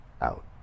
out